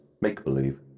make-believe